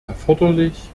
erforderlich